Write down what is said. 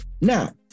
Now